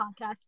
podcast